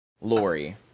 lori